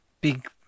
big